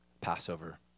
Passover